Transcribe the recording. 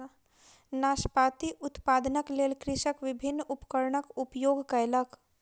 नाशपाती उत्पादनक लेल कृषक विभिन्न उपकरणक उपयोग कयलक